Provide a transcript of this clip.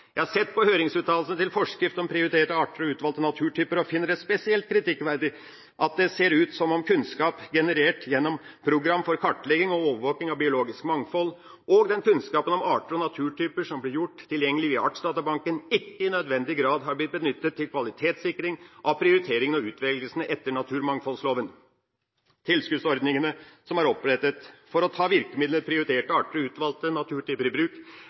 Jeg har sett på høringsuttalelsene til forskrift om prioriterte arter og utvalgte naturtyper, og finner det spesielt kritikkverdig at det ser ut som om kunnskap generert gjennom Nasjonalt program for kartlegging og overvåking av biologisk mangfold og den kunnskapen om arter og naturtyper som blir gjort tilgjengelig via Artsdatabanken, ikke i nødvendig grad har blitt benyttet til kvalitetssikring av prioriteringene og utvelgelsen etter naturmangfoldloven. Tilskuddsordningene som er opprettet for å ta virkemidlene «prioriterte arter» og «utvalgte naturtyper» i bruk,